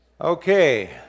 Okay